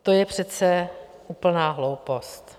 To je přece úplná hloupost.